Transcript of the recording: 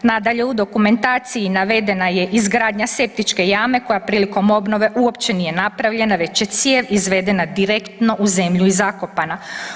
Nadalje, u dokumentaciji navedena je izgradnja septičke jame koja prilikom obnove uopće nije napravljena već je cijev izvedena direktno u zemlju i zakopana.